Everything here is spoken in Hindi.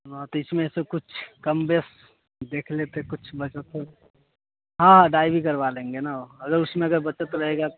हाँ तो इसमें से कुछ कमो बेशी देख लेते कुछ वैसे तो हाँ हाँ दाढ़ी भी करवा लेंगे ना अगर उसमें अगर बचत रहेगा